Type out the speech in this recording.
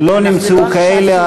לא נמצאו כאלה.